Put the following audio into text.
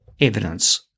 Evidence